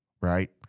right